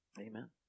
Amen